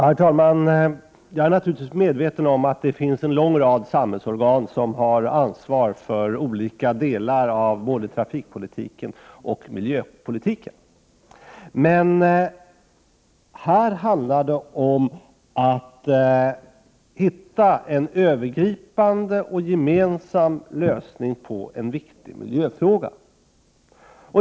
Herr talman! Jag är naturligtvis medveten om att det finns en lång rad samhällsorgan som har ansvar för olika delar av både trafikpolitiken och miljöpolitiken. Men här handlar det om att hitta en övergripande och gemensam lösning på en viktig miljöfråga.